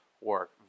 work